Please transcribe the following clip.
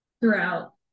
throughout